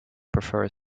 prefer